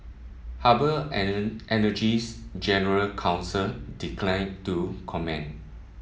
harbour Energy's general counsel declined to comment